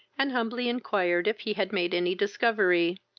and humbly inquired if he had made any discovery.